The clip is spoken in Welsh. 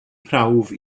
prawf